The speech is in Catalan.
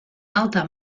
alta